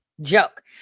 joke